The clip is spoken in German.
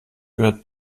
gehört